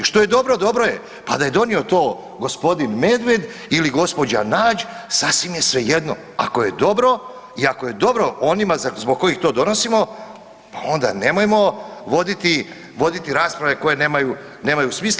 Što je dobro, dobro je pa da je donio to gospodin Medved ili gospođa Nađ sasvim je svejedno, ako je dobro i ako je dobro onima zbog kojih to donosimo pa onda nemojmo voditi rasprave koje nemaju smisla.